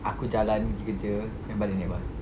aku jalan gi kerja then balik naik bus